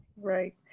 Right